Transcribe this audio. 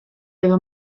edo